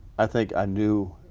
i think i knew